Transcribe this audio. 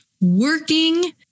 working